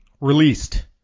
released